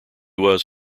was